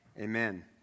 Amen